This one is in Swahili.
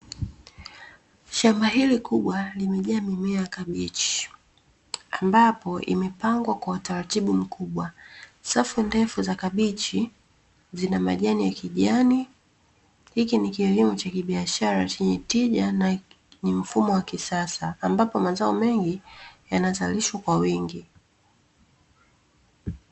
Shamba hili kubwa limejaa mimea kabichi, ambapo imepangwa kwa utaratibu mkubwa, safu ndefu za kabichi zina majani ya kijani. Hiki ni kilimo cha kibiashara chenye tija, na ni mfumo wa kisasa, ambacho mazao mengi yanazalishwa kwa wingi.